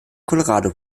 colorado